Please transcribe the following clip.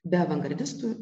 be avangardistų